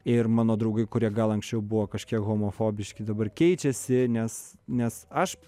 ir mano draugai kurie gal anksčiau buvo kažkiek homofobiški dabar keičiasi nes nes aš